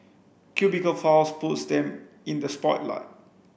cubicle files puts them in the spotlight